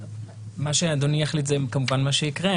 מה שאדוני יחליט זה כמובן מה שיקרה,